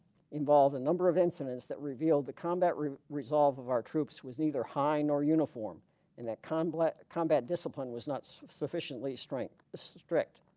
involved a number of incidents that revealed the combat resolve of our troops was neither high nor uniform and that combat combat discipline was not so sufficiently strict.